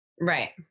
Right